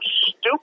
stupid